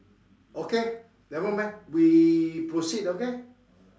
okay never mind we proceed okay